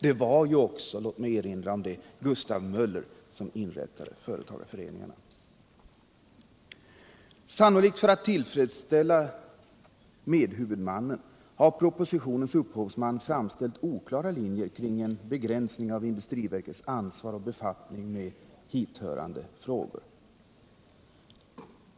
Det var ju också — låt mig erinra om det — Gustav Möller som inrättade företagarföreningarna. Sannolikt för att tillfredsställa medhuvudmannen har propositionens upphovsman framställt oklara linjer kring en begränsning av industriverkets ansvar och befattning med hithörande frågor.